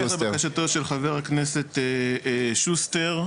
בהמשך לבקשתו של חה"כ שוסטר,